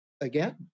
again